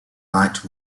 light